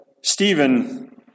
Stephen